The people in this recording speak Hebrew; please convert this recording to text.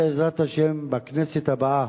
בעזרת השם, בכנסת הבאה,